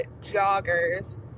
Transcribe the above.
joggers